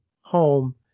home